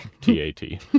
T-A-T